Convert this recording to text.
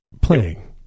Playing